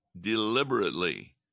deliberately